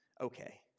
Okay